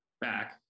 back